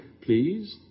Please